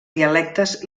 dialectes